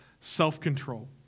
self-control